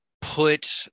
put